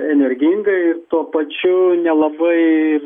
energinga ir tuo pačiu nelabai